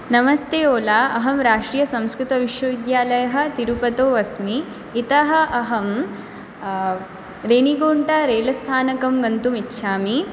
नमस्ते ओला अहं राष्ट्रीयसंस्कृतविश्वविद्यालयः तिरुपतौ अस्मि इतः अहं रेणिगुण्टा रेलस्थानकं गन्तुम् इच्छामि